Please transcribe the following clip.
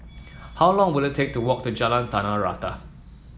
how long will it take to walk to Jalan Tanah Rata